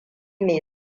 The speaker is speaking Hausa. mai